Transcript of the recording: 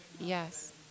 Yes